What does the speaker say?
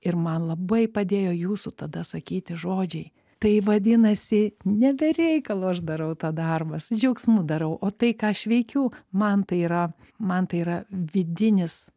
ir man labai padėjo jūsų tada sakyti žodžiai tai vadinasi ne be reikalo aš darau tą darbą su džiaugsmu darau o tai ką aš veikiu man tai yra man tai yra vidinis